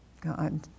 God